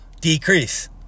decrease